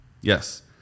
Yes